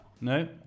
No